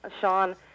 Sean